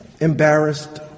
embarrassed